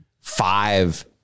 five